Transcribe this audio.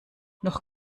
noch